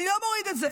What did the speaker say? אני לא מוריד את זה.